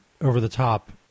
over-the-top